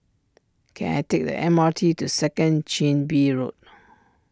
can I take the M R T to Second Chin Bee Road